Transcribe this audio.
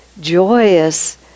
joyous